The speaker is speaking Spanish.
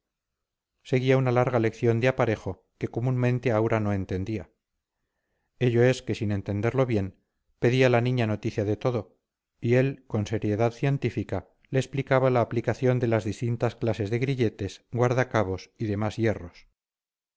seguía una larga lección de aparejo que comúnmente aura no entendía ello es que sin entenderlo bien pedía la niña noticia de todo y él con seriedad científica le explicaba la aplicación de las distintas clases de grilletes guardacabos y demás hierros